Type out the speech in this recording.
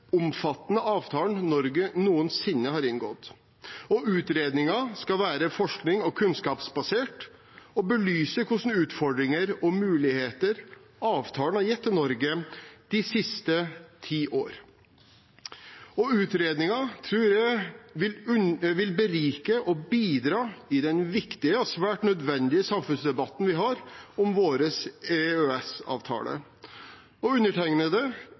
omfattende avtalen Norge noensinne har inngått, og utredningen skal være forsknings- og kunnskapsbasert og belyse hvilke utfordringer og muligheter avtalen har gitt Norge de siste ti årene. Utredningen tror jeg vil berike og bidra i den viktige og svært nødvendige samfunnsdebatten vi har om vår EØS-avtale. Og undertegnede